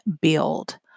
build